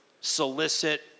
solicit